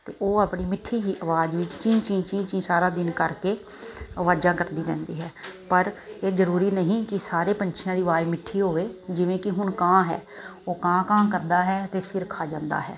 ਅਤੇ ਉਹ ਆਪਣੀ ਮਿੱਠੀ ਜਿਹੀ ਅਵਾਜ਼ ਵਿੱਚ ਚੀਂ ਚੀਂ ਚੀਂ ਚੀਂ ਸਾਰਾ ਦਿਨ ਕਰਕੇ ਅਵਾਜ਼ਾਂ ਕੱਢਦੀ ਰਹਿੰਦੀ ਹੈ ਪਰ ਇਹ ਜ਼ਰੂਰੀ ਨਹੀਂ ਕਿ ਸਾਰੇ ਪੰਛੀਆਂ ਦੀ ਅਵਾਜ਼ ਮਿੱਠੀ ਹੋਵੇ ਜਿਵੇਂ ਕਿ ਹੁਣ ਕਾਂ ਹੈ ਉਹ ਕਾਂ ਕਾਂ ਕਰਦਾ ਹੈ ਅਤੇ ਸਿਰ ਖਾ ਜਾਂਦਾ ਹੈ